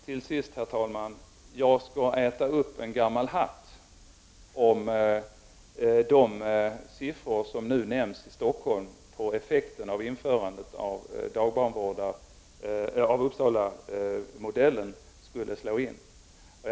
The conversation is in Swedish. Herr talman! Till sist: Jag skall äta upp en gammal hatt om de siffror som nu nämns för Stockholm när det gäller effekten av införandet av Uppsalamodellen skulle bli verklighet.